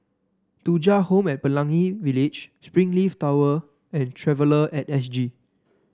Thuja Home at Pelangi Village Springleaf Tower and Traveller at S G